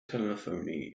telephony